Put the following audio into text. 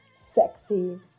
sexy